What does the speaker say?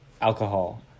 alcohol